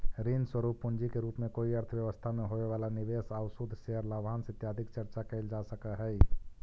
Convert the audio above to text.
ऋण स्वरूप पूंजी के रूप में कोई अर्थव्यवस्था में होवे वाला निवेश आउ शुद्ध शेयर लाभांश इत्यादि के चर्चा कैल जा सकऽ हई